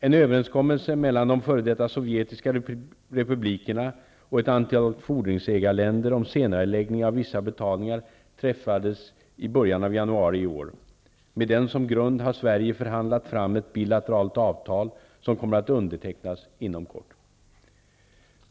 En överenskommelse mellan de f.d. sovjetiska republikerna och ett antal fordringsägarländer om senareläggning av vissa betalningar träffades i början av januari i år. Med den som grund har Sverige förhandlat fram ett bilateralt avtal som kommer att undertecknas inom kort.